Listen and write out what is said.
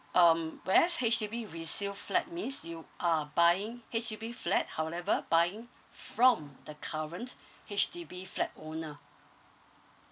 um whereas H_D_B resale flat means you are buying H_D_B flat however buying from the current H_D_B flat owner